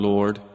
Lord